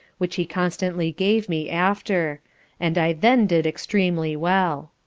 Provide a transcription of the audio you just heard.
which he constantly gave me after and i then did extremely well.